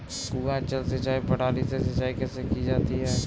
कुआँ जल सिंचाई प्रणाली से सिंचाई कैसे की जाती है?